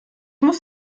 muss